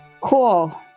Cool